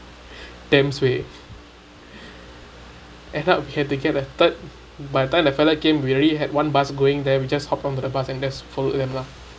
damn sui end up we had to get a third by the time the fella came we already had one bus going there we just hop on to the bus and that's follow them lah